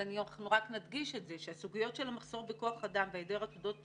אז אנחנו רק נדגיש את זה שהסוגיות של המחסור בכוח-אדם והיעדר עתודות